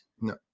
No